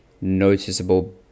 noticeable